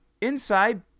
inside